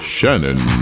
Shannon